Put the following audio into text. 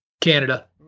Canada